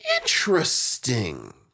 Interesting